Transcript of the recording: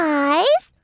eyes